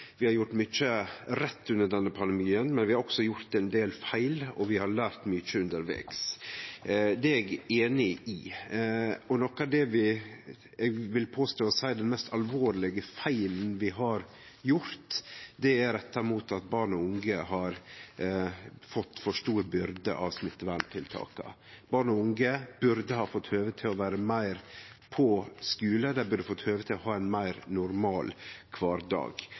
vi har gjort mykje rett under denne pandemien, men også ein del feil, og vi har lært mykje undervegs. Det er eg einig i. Noko av det eg vil påstå er den mest alvorlege feilen vi har gjort, er retta mot at barn og unge har fått for stor byrde av smitteverntiltaka. Barn og unge burde ha fått høve til å vere meir på skulen; dei burde ha fått høve til å ha ein meir normal kvardag.